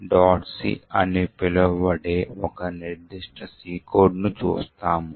c అని పిలువబడే ఒక నిర్దిష్ట C కోడ్ను చూస్తాము